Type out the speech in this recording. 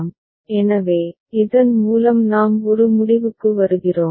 P எனவே இதன் மூலம் நாம் ஒரு முடிவுக்கு வருகிறோம்